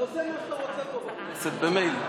אתה עושה פה בכנסת מה שאתה רוצה ממילא.